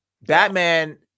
Batman